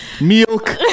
milk